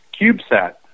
CubeSat